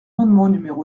l’amendement